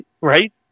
right